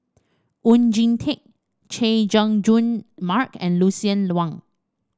Oon Jin Teik Chay Jung Jun Mark and Lucien Wang